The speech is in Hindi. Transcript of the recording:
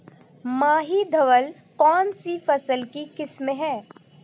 माही धवल कौनसी फसल की किस्म है?